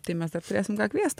tai mes dar turėsim ką kviest